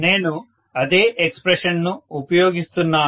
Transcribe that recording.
నేను అదే ఎక్స్ప్రెషన్ ను ఉపయోగిస్తున్నాను